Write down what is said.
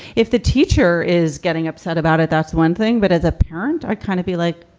if the teacher is getting upset about it, that's one thing but as a parent, i kind of be like,